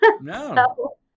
no